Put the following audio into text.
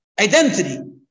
identity